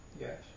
yes